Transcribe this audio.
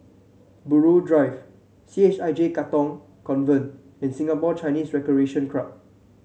Buroh Drive C H I J Katong Convent and Singapore Chinese Recreation Club